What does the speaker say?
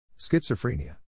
Schizophrenia